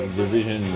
division